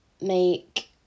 make